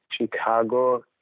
Chicago